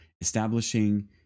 establishing